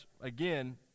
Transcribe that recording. Again